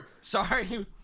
Sorry